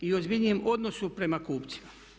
I ozbiljnijem odnosu prema kupcima.